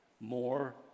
more